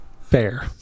fair